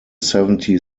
seventy